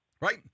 Right